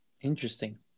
Interesting